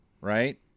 right